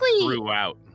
throughout